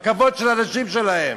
בכבוד של הנשים שלהם.